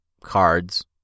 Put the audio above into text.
cards